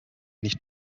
nicht